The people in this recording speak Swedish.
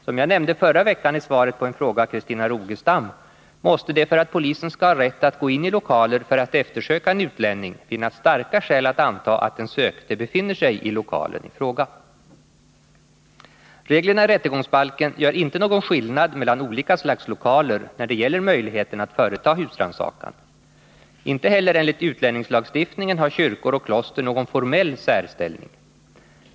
Som jag nämnde förra veckan i svaret på en fråga av Christina Rogestam måste det för att polisen skall ha rätt att gå in i lokaler för att eftersöka en utlänning finnas starka skäl att anta att den sökte befinner sig i lokalen i fråga. Reglerna i rättegångsbalken gör inte någon skillnad mellan olika slags lokaler när det gäller möjligheten att företa husrannsakan. Inte heller enligt utlänningslagstiftningen har kyrkor och kloster någon formell särställning.